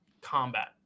combat